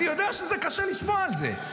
אני יודע שזה קשה לשמוע את זה.